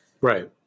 right